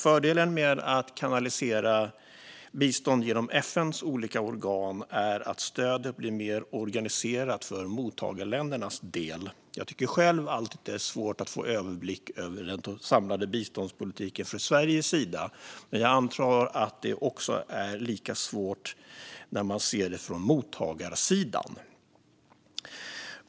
Fördelen med att kanalisera bistånd genom FN:s olika organ är att stödet blir mer organiserat för mottagarländernas del. Jag tycker själv alltid att det är svårt att få överblick över den samlade biståndspolitiken för Sveriges del. Men jag antar att det är lika svårt när man ser den från mottagarsidan.